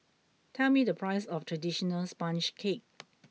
tell me the price of traditional sponge cake